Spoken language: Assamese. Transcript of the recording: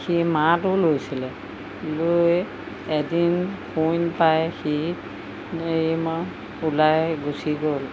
সি মাতো লৈছিলে লৈ এদিন পাই সি ওলাই গুচি গ'ল